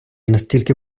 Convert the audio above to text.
настільки